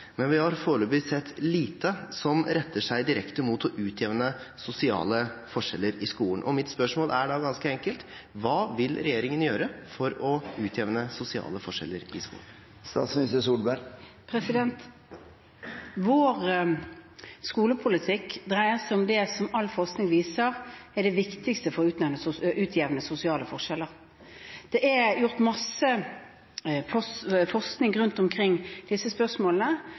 men vi har foreløpig sett lite som retter seg direkte mot å utjevne sosiale forskjeller i skolen. Mitt spørsmål er ganske enkelt: Hva vil regjeringen gjøre for å utjevne sosiale forskjeller i skolen? Vår skolepolitikk dreier seg om det som all forskning viser er det viktigste for å utjevne sosiale forskjeller. Det er gjort masse forskning omkring disse spørsmålene,